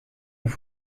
nous